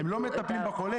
הם לא מטפלים בחולה,